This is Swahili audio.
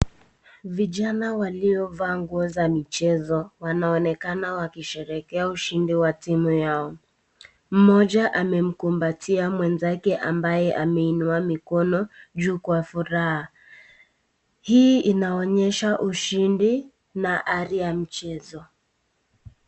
Vijana walio vaa nguo za michezo wanaonekana wakisherekea ushindi wa timu yao. Mmoja amemkumbatia mwenzake ambaye ameinua mikono juu kwa furaha. Hii inaonyesha ushindi na hali ya mchezo.